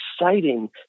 exciting